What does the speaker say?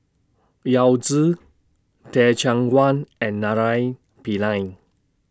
Yao Zi Teh Cheang Wan and Naraina Pillai